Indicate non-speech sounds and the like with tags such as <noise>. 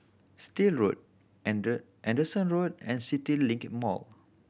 Still Road <unintelligible> Anderson Road and CityLink Mall